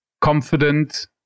confident